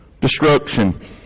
destruction